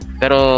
pero